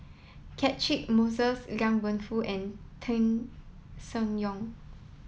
Catchick Moses Liang Wenfu and Tan Seng Yong